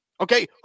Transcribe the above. Okay